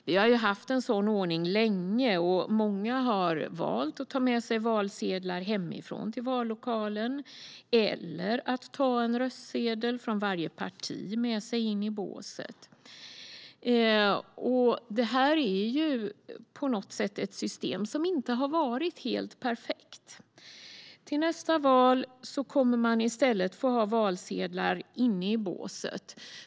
Vi har ju haft en sådan ordning länge, och många har valt att ta med sig valsedlar hemifrån till vallokalen eller att ta en röstsedel från varje parti med sig in i båset. Det är ett system som inte har varit helt perfekt. Till nästa val kommer man i stället att få ha valsedlar inne i båset.